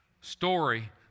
story